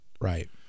Right